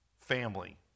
family